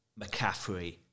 McCaffrey